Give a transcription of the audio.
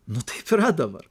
nu taip yra dabar